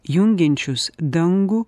jungiančius dangų